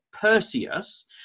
Perseus